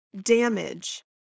damage